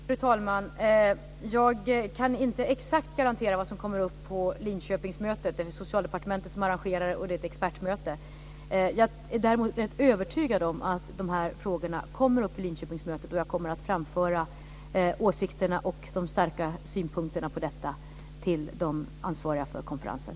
Fru talman! Jag kan inte exakt garantera vad som kommer upp på Linköpingsmötet. Det är ju Socialdepartementet som arrangerar det, och det är ett expertmöte. Jag är ändå övertygad om att de här frågorna kommer upp på Linköpingsmötet. Jag kommer att framföra åsikterna och de starka synpunkterna på detta till de ansvariga för konferensen.